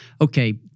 okay